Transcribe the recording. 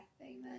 Amen